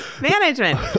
management